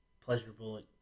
pleasurable